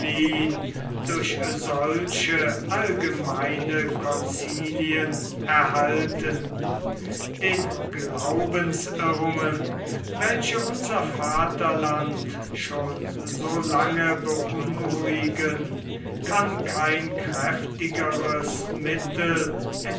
durch solche allgemeine concilien erhalten den glaubensirrungen welche unser vaterland schon so lange beunruhigen kann kein kräftigeres mittel